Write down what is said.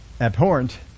abhorrent